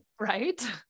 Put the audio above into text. Right